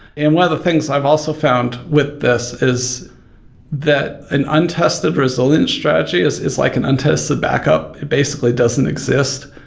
and one of the things i've also found with this is that an untested resilience strategy is is like an untested backup. it basically doesn't exist.